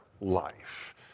life